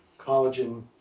collagen